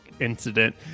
incident